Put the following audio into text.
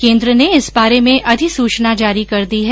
केन्द्र ने इस बारे में अधिसूचना जारी कर दी है